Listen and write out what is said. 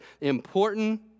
important